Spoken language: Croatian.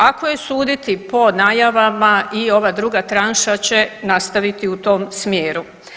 Ako je suditi po najavama i ova druga tranša će nastaviti u tom smjeru.